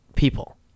People